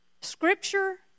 Scripture